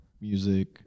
music